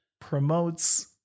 promotes